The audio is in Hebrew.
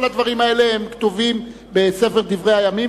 כל הדברים האלה כתובים בספר דברי הימים,